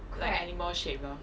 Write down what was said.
like animal shaped ah